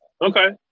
Okay